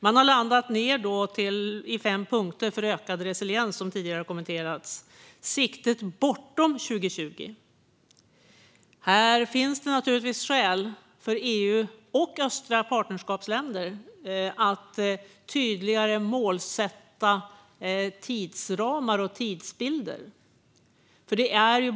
Man har landat i fem punkter för ökad resiliens, som tidigare har kommenterats. Siktet är bortom 2020. Här finns det naturligtvis skäl för EU och östliga partnerskapsländer att tydligare målsätta tidsramar och tidsbilder.